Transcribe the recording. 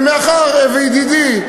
ומאחר שידידי,